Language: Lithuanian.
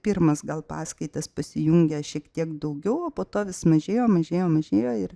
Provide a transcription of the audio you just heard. pirmas gal paskaitas pasijungė šiek tiek daugiau o po to vis mažėjo mažėjo mažėjo ir